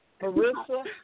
Marissa